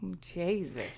jesus